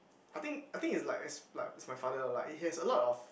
I think I think is like is like is my father like it has lot of